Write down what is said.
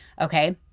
okay